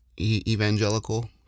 evangelical